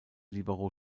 libero